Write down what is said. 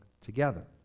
together